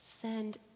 Send